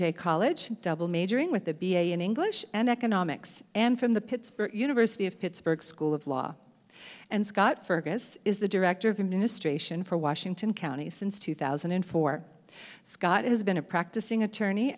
from college double majoring with the b a in english and economics and from the pittsburg university of pittsburgh school of law and scott fergus is the director of the ministration for washington county since two thousand and four scott has been a practicing attorney